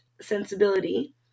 sensibility